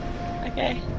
Okay